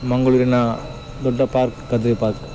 ಮಂಗಳೂರಿನ ದೊಡ್ಡ park Kadri park